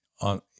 on